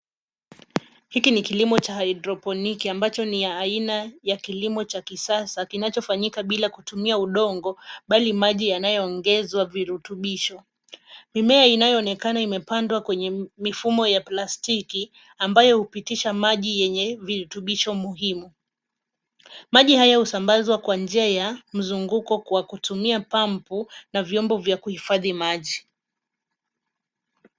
Hiki ni kilimo cha hydroponiki, ambacho ni aina ya kilimo cha kisasa, kinachofanyika bila kutumia udongo, bali maji yanayoongezwa virutubisho. Mimea inayoonekana, imepandwa kwenye mifumo ya plastiki, ambayo hupitisha maji yenye virutubisho muhimu. Maji haya husambazwa kwa njia ya mzunguko kwa kutumia pampu na vyombo vya kuhifadhi maji.